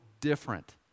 different